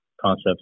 concepts